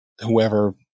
whoever